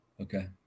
Okay